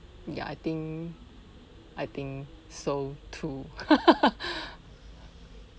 ya I think I think so too